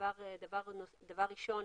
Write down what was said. הדבר הראשון.